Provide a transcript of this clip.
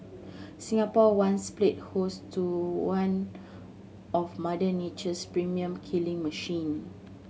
Singapore once played host to one of Mother Nature's premium killing machine